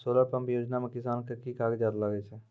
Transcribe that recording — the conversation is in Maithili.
सोलर पंप योजना म किसान के की कागजात लागै छै?